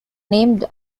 named